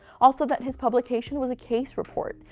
also, that his publication was a case report,